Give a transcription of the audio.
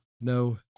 No